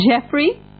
Jeffrey